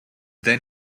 then